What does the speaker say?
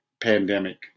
pandemic